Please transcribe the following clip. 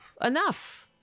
enough